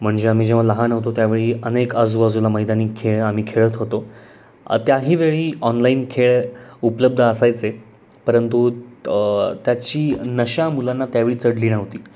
म्हणजे आम्ही जेव्हा लहान होतो त्यावेळी अनेक आजूबाजूला मैदानी खेळ आम्ही खेळत होतो त्याही वेळी ऑनलाईन खेळ उपलब्ध असायचे परंतु त्याची नशा मुलांना त्यावेळी चढली नव्हती